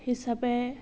হিচাপে